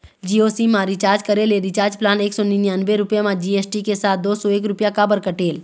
Jio SIM मा recharge करे ले रिचार्ज प्लान एक सौ निन्यानबे रुपए मा जी.एस.टी के साथ दो सौ एक रुपया काबर कटेल?